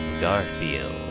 Garfield